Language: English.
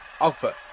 Alpha